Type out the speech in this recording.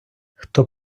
хто